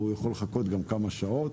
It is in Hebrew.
והוא יכול לחכות גם כמה שעות